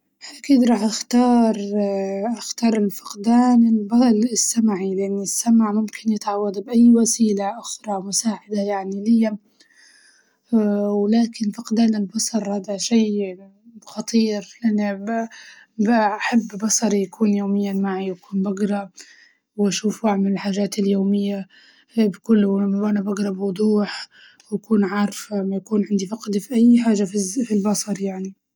أكيد راح أختار أختار الفقدان الب- السمع لأن السمع ممكن يتعوض بأي وسيلة أخرى مساعدة يعني ليا ولكن فقدان البصر هدا شي خطير أنا ب- بحب بصري يكون يومياً معاي وبكون بقرا وأشوف وأعمل حاجاتي اليومية بك- وأنا بقرا بوضوح وأكون عارفة لما يكون فقد في أي خاجة في الس- في البصر يعني.